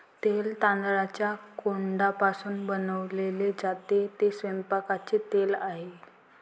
तेल तांदळाच्या कोंडापासून बनवले जाते, ते स्वयंपाकाचे तेल आहे